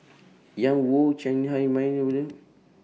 Ian Woo Chiang Hai